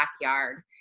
backyard